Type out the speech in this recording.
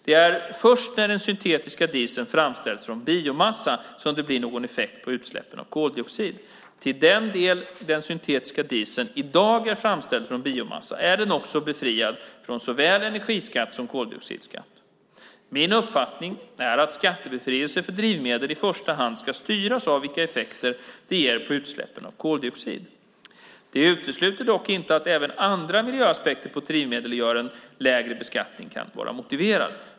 Det är först när den syntetiska dieseln framställs från biomassa som det blir någon effekt på utsläppen av koldioxid. Till den del den syntetiska dieseln i dag är framställd från biomassa är den också befriad från såväl energiskatt som koldioxidskatt. Min uppfattning är att skattebefrielse för drivmedel i första hand ska styras av vilka effekter det ger på utsläppen av koldioxid. Det utesluter dock inte att även andra miljöaspekter på ett drivmedel gör att en lägre beskattning kan vara motiverad.